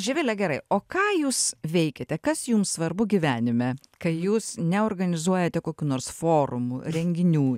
živile gerai o ką jūs veikiate kas jums svarbu gyvenime kai jūs neorganizuojate kokių nors forumų renginių